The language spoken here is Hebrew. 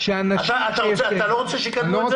אתה לא רוצה שיקדמו את זה?